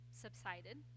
subsided